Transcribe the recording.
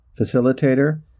facilitator